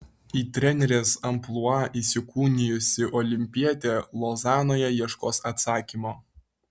į trenerės amplua įsikūnijusi olimpietė lozanoje ieškos atsakymo